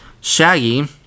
Shaggy